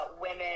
women